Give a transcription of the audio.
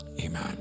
Amen